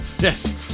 yes